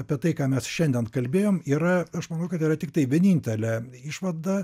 apie tai ką mes šiandien kalbėjom yra aš manau kad yra tiktai vienintelė išvada